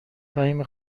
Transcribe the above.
فهیمه